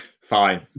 Fine